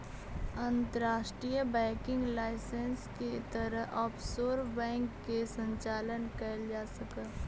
अंतर्राष्ट्रीय banking licence के तहत ऑफशोर बैंक के संचालन कैल जा हइ